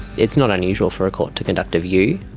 it's not unusual for a court to conduct a view,